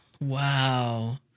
wow